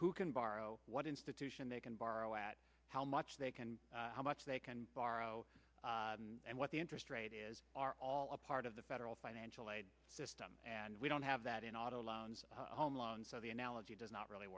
who can borrow what institution they can borrow at how much they can how much they can borrow and what the interest rate is are all a part of the federal financial aid system and we don't have that in auto loans home loans so the analogy does not really